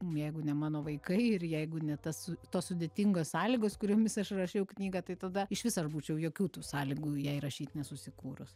jeigu ne mano vaikai ir jeigu ne tas tos sudėtingos sąlygos kuriomis aš rašiau knygą tai tada išvis aš būčiau jokių tų sąlygų jai rašyt nesusikūrus